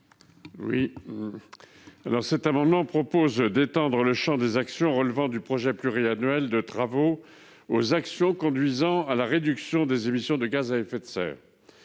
Cuypers. Cet amendement vise à étendre le champ des actions relevant du projet pluriannuel de travaux aux actions conduisant à la réduction des émissions de gaz à effet de serre.